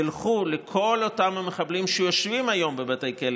ילכו לכל אותם מחבלים שיושבים היום בבתי כלא